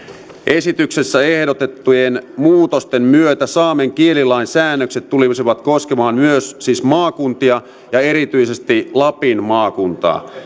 esityksessä ehdotettujen muutosten myötä saamen kielilain säännökset siis tulisivat koskemaan myös maakuntia ja erityisesti lapin maakuntaa